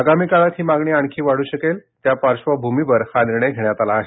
आगामी काळात ही मागणी आणखी वाढू शकेल त्या पार्श्वभूमीवर हा निर्णय घेण्यात आला आहे